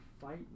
fight